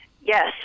Yes